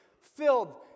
filled